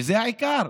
שזה העיקר.